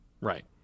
Right